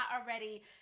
already